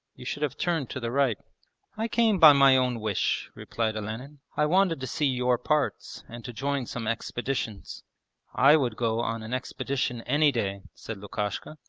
you should have turned to the right i came by my own wish replied olenin. i wanted to see your parts and to join some expeditions i would go on an expedition any day said lukashka.